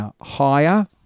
higher